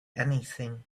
anything